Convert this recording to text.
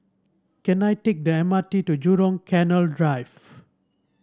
can I take the M R T to Jurong Canal Drive